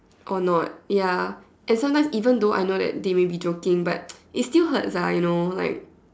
or not ya and sometimes even though I know they may be joking but it still hurts lah you know like